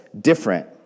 different